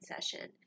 session